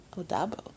Odabo